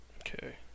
okay